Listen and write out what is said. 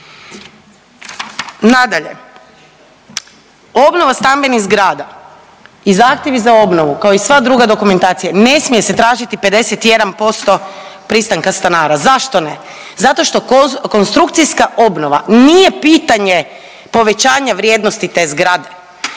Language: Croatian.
Nadalje, obnova stambenih zgrada i zahtjevi za obnovu kao i sva druga dokumentacija ne smije se tražiti 51% pristanka stanara. Zašto ne? Zato što konstrukcijska obnova nije pitanje povećanja vrijednosti te zgrade,